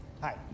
Hi